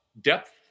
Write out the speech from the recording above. depth